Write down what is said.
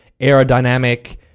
aerodynamic